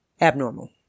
abnormal